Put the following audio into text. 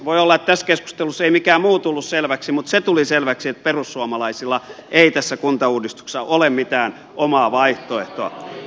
voi olla että tässä keskustelussa ei mikään muu tullut selväksi mutta se tuli selväksi että perussuomalaisilla ei tässä kuntauudistuksessa ole mitään omaa vaihtoehtoa